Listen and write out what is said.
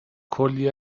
کلی